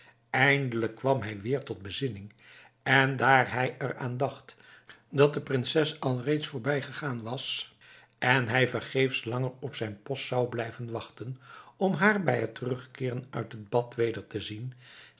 eindelijk kwam hij weer tot bezinning en daar hij er aan dacht dat de prinses al reeds voorbij gegaan was en hij vergeefs langer op zijn post zou blijven wachten om haar bij het terugkeeren uit het bad weder te zien